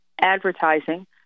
advertising